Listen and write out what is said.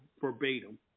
verbatim